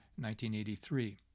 1983